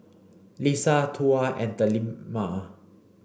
Lisa Tuah and Delima